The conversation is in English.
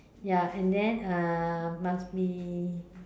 ya and then uh must be